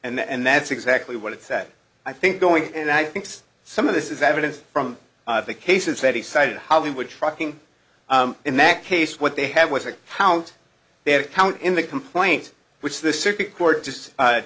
case and that's exactly what it said i think going and i think some of this is evidence from the cases that he cited hollywood trucking in that case what they had was a count they had a count in the complaint which the circuit court just